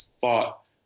thought